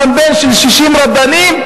קמפיין של 60 רבנים?